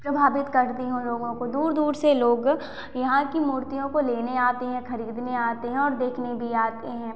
प्रभावित करती हैं उन लोगों को दूर दूर से लोग यहाँ की मूर्तियों को लेने आते हैं खरीदने आते हैं और देखने भी आते हैं